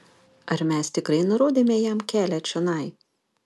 ar mes tikrai nurodėme jam kelią čionai